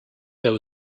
there